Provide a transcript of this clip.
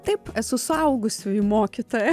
taip esu suaugusiųjų mokytoja